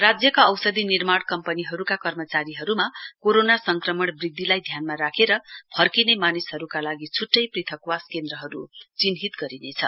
राज्यका औषधि निर्माण कर्मचारीहरूमा कोरोना संक्रमण वृद्धिलाई ध्यानमा राखेर फर्किने मानिसहरूका लागि छुट्टै पृथकवास केन्द्रहरू चिन्हित गरिनेछ